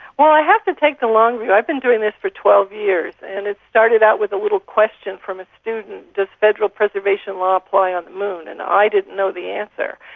well, i have to take the long view. i've been doing this for twelve years and it started out with a little question from a student does federal preservation law apply on the moon? and i didn't know the answer.